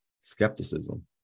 skepticism